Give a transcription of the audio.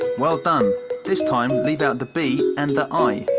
well done this time leave out the b and the i.